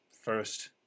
first